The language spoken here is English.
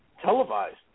televised